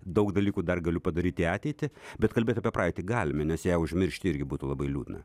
daug dalykų dar galiu padaryti į ateitį bet kalbėt apie praeitį galime nes ją užmiršti irgi būtų labai liūdna